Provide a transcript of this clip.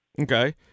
Okay